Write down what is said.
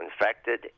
infected